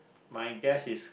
my guess is